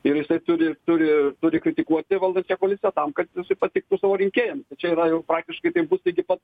ir jisai turi turi turi kritikuoti valdančiąją koaliciją tam kad jisai patiktų savo rinkėjams čia yra jau praktiškai taip bus iki pat